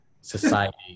society